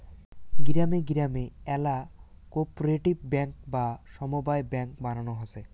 গিরামে গিরামে আল্যা কোপরেটিভ বেঙ্ক বা সমব্যায় বেঙ্ক বানানো হসে